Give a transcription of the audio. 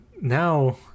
now